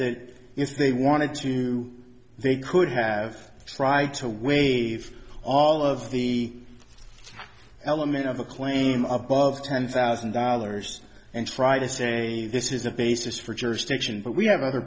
that if they wanted to they could have tried to waive all of the element of a claim of above ten thousand dollars and try to say this is a basis for jurisdiction but we have other